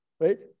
right